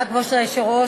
כבוד היושב-ראש,